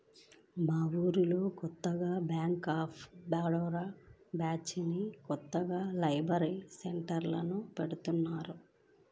మా ఊళ్ళో కొత్తగా బ్యేంక్ ఆఫ్ బరోడా బ్రాంచిని కొత్తగా లైబ్రరీ సెంటర్లో పెడతన్నారు